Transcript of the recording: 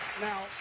Now